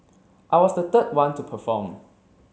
I was the third one to perform